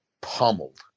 pummeled